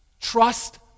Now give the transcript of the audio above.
trust